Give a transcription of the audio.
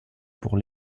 pour